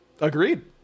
Agreed